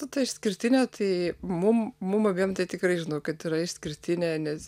nu ta išskirtinė tai mum mum abiem tai tikrai žinau kad yra išskirtinė nes